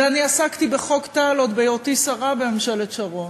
ועסקתי בחוק טל עוד בהיותי שרה בממשלת שרון,